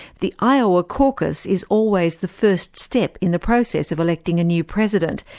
the iowa caucus is always the first step in the process of electing a new president,